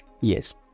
Yes